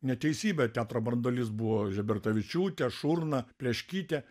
neteisybė teatro branduolys buvo žebertavičiūtė šurna pleškytė